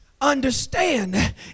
understand